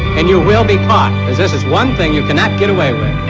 and you will be caught, because this is one thing you cannot get away with.